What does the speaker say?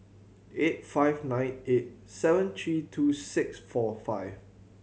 eight five nine eight seven three two six four five